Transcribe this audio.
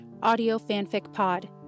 audiofanficpod